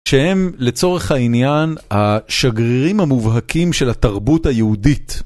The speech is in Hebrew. שהם לצורך העניין השגרירים המובהקים של התרבות היהודית.